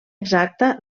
exacta